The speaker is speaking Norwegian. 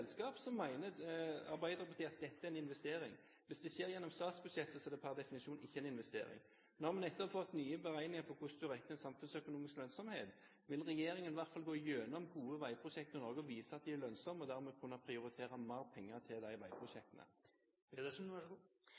forbruk. Så lenge det skjer gjennom et statlig selskap, mener Arbeiderpartiet at dette er en investering. Hvis det skjer gjennom statsbudsjettet, er det per definisjon ikke en investering. Nå har vi nettopp fått nye beregninger på hvordan en regner samfunnsøkonomisk lønnsomhet. Vil regjeringen i hvert fall gå igjennom gode veiprosjekter i Norge, vise at de er lønnsomme, og dermed kunne prioritere mer penger til de